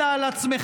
אלא על עצמכם.